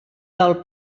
del